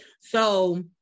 so-